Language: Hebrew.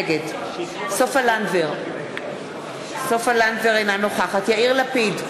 נגד סופה לנדבר, אינה נוכחת יאיר לפיד,